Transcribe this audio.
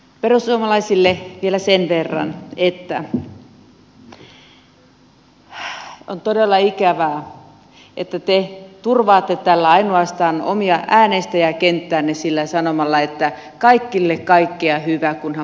perussuomalaisille vielä sen verran että on todella ikävää että te turvaatte ainoastaan omaa äänestäjäkenttäänne sanomalla että kaikille kaikkea hyvää kunhan valtio maksaa